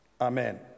Amen